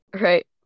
Right